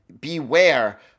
beware